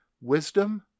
wisdom